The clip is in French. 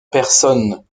personne